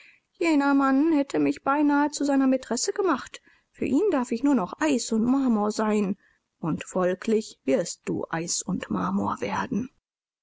jener mann hätte mich beinahe zu seiner maitresse gemacht für ihn darf ich nur noch eis und marmor sein und folglich wirst du eis und marmor werden